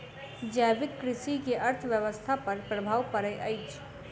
जैविक कृषि के अर्थव्यवस्था पर प्रभाव पड़ैत अछि